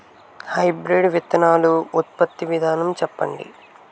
Hybrid విత్తనాలు ఉత్పత్తి విధానం చెప్పండి?